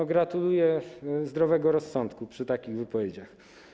Tak, gratuluję zdrowego rozsądku przy takich wypowiedziach.